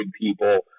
people